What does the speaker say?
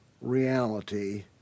reality